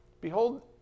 Behold